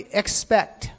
expect